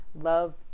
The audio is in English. love